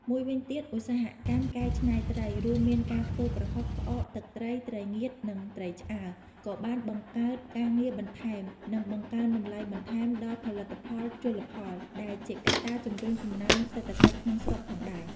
មួយវិញទៀតឧស្សាហកម្មកែច្នៃត្រី រួមមានការធ្វើប្រហុក ផ្អក ទឹកត្រី ត្រីងៀត និងត្រីឆ្អើរ ក៏បានបង្កើតការងារបន្ថែម និងបង្កើនតម្លៃបន្ថែមដល់ផលិតផលជលផល ដែលជាកត្តាជំរុញកំណើនសេដ្ឋកិច្ចក្នុងស្រុកផងដែរ។